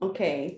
Okay